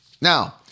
Now